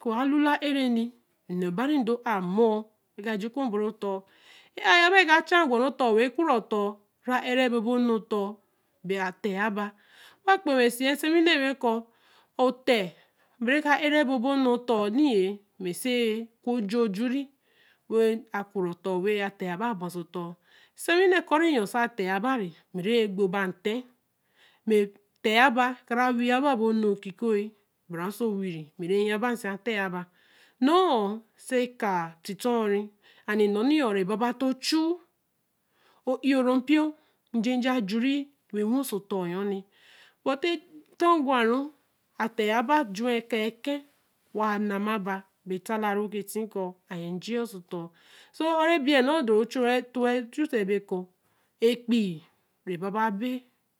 ko a lula ere nī. ene bare ndo a mur. wen ka j̄u ku o-bor ru oton. aā ya ba eka cha gwa oton wen ku re oton ra ere bo. be nu oton be a re ya ba wa kpe wen sī ya nsīewī na wa ko oHe be re ka e re bo be nu oton wen nī. mm̄e se o ku j̄ur j̄ure wa kure oton wen aHe ya ba a ba oso oton. nsie wi na ko re ayou se He ya bare. mm̄e re gbo ba n He. be a He ya ba ka ra wi ya ba bo nu ki koryi ba enu owire. be re ye ba si a He ye ba. nn̄o sa tī tor re. and ni nn̄o re ba ba toō chu e ōro npio nj̄ej̄e aj̄ure wen oso oton yo nī. but tal ntor gwa ni. a He ya ba ju wa e ka eken. wa la ma ba. be ta laru ke ti ko. ayan eje ye oso oton. so ore beī nu do re to wa chu se be ko epeii re baba be